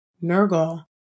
Nergal